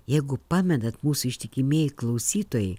jeigu pamenat mūsų ištikimieji klausytojai